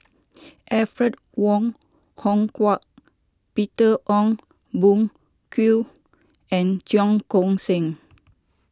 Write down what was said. Alfred Wong Hong Kwok Peter Ong Boon Kwee and Cheong Koon Seng